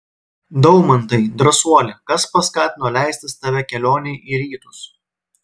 daumantai drąsuoli kas paskatino leistis tave kelionei į rytus